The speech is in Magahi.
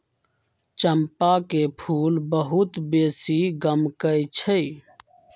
चंपा के फूल बहुत बेशी गमकै छइ